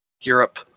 Europe